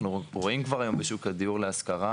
רואים כבר היום בשוק הדיור להשכרה.